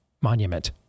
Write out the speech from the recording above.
monument